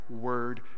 word